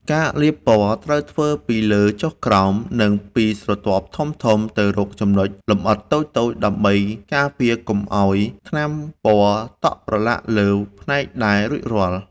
ការលាបពណ៌ត្រូវធ្វើពីលើចុះក្រោម និងពីស្រទាប់ធំៗទៅរកចំណុចលម្អិតតូចៗ ដើម្បីការពារកុំឱ្យថ្នាំពណ៌តក់ប្រឡាក់លើផ្នែកដែលរួចរាល់។